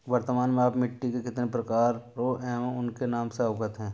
वर्तमान में आप मिट्टी के कितने प्रकारों एवं उनके नाम से अवगत हैं?